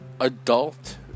adult